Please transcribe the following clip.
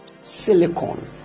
Silicon